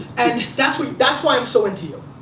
and that's why that's why i'm so into you.